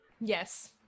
yes